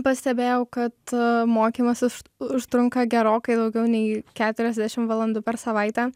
pastebėjau kad mokymasis š užtrunka gerokai daugiau nei keturiasdešim valandų per savaitę